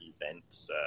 events